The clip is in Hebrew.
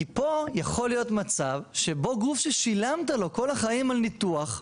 כי פה יכול להיות מצב שפה גוף ששילמת לו כל החיים על ניתוח,